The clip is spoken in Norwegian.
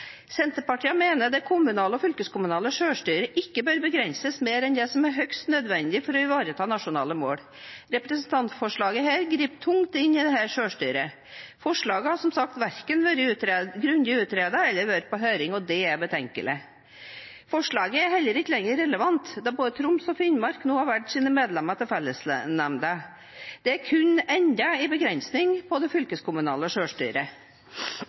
Senterpartiet mener at det kommunale og fylkeskommunale selvstyret ikke bør begrenses mer enn det som er høyst nødvendig for å ivareta nasjonale mål. Dette representantforslaget griper tungt inn i dette selvstyret. Forslaget har som sagt verken vært grundig utredet eller vært på høring, og det er betenkelig. Forslaget er heller ikke relevant lenger, da både Troms og Finnmark har valgt sine medlemmer til fellesnemnda. Det er kun enda en begrensning av det fylkeskommunale